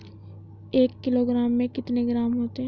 एक किलोग्राम में कितने ग्राम होते हैं?